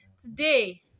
today